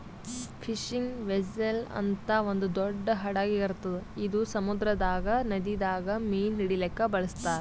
fishing vessel ಅಂತ್ ಒಂದ್ ದೊಡ್ಡ್ ಹಡಗ್ ಇರ್ತದ್ ಇದು ಸಮುದ್ರದಾಗ್ ನದಿದಾಗ್ ಮೀನ್ ಹಿಡಿಲಿಕ್ಕ್ ಬಳಸ್ತಾರ್